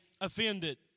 offended